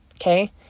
okay